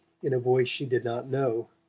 in a voice she did not know.